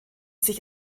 sich